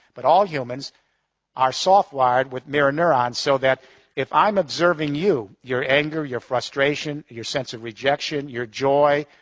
but all humans are soft-wired with mirror neurons so that if i'm observing you, your anger, your frustration, your sense of rejection, your joy,